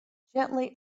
gently